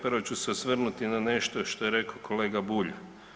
Prvo ću se osvrnuti na nešto što je rekao kolega Bulj.